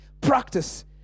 practice